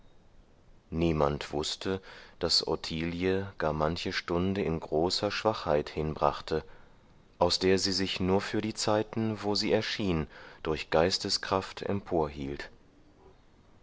niemand wußte daß ottilie gar manche stunde in großer schwachheit hinbrachte aus der sie sich nur für die zeiten wo sie erschien durch geisteskraft